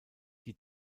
die